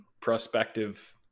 prospective